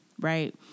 right